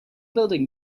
building